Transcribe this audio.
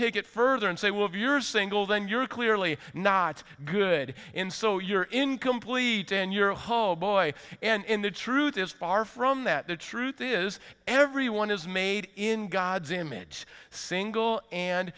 take it further and say well of your single then you're clearly not good in so you're incomplete and you're a hoe boy and the truth is far from that the truth is everyone is made in god's image single and